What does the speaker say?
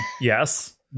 Yes